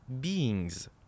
beings